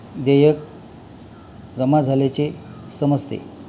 देयक जमा झाल्याचे समजते